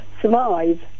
survive